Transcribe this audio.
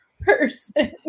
person